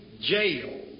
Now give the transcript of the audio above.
jail